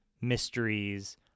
mysteries